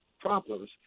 Problems